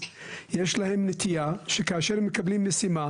יש להם נטייה שכאשר מקבלים משימה